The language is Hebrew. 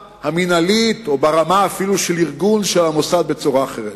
המינהלית או אפילו ברמה של ארגון המוסד בצורה אחרת.